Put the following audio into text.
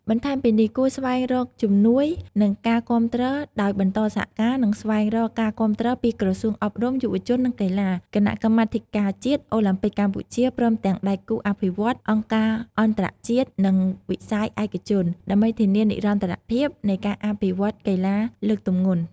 បន្ថែមពីនេះត្រូវស្វែងរកជំនួយ និងការគាំទ្រ ដោយបន្តសហការ និងស្វែងរកការគាំទ្រពីក្រសួងអប់រំ យុវជន និងកីឡា គណៈកម្មាធិការជាតិអូឡាំពិកកម្ពុជា ព្រមទាំងដៃគូអភិវឌ្ឍន៍ អង្គការអន្តរជាតិ និងវិស័យឯកជន ដើម្បីធានានិរន្តរភាពនៃការអភិវឌ្ឍន៍កីឡាលើកទម្ងន់។